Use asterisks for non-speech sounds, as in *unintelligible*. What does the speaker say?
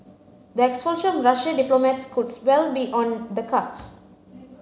the expulsion of Russian diplomats could *unintelligible* well be on the cards